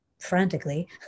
frantically